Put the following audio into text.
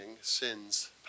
sin's